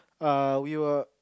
err we will